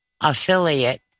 affiliate